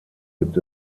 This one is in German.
gibt